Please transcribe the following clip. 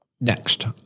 next